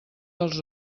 dels